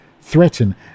threaten